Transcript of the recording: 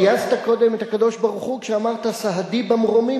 גייסת קודם את הקדוש-ברוך-הוא כשאמרת "סהדי במרומים",